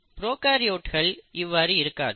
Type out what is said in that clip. ப்ரோகாரியோட்கள் இவ்வாறு இருக்காது